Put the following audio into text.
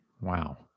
wow